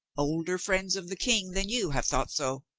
older friends of the king than you have thought so.